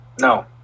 No